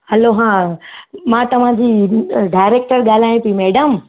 hello हा मां तव्हांजी डायरेक्टर ॻाल्हायां थी मैडम